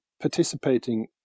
participating